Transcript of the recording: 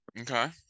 Okay